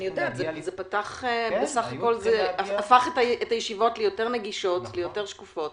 זה הפך את הישיבות ליותר נגישות ושקופות.